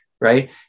Right